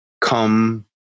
come